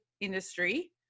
industry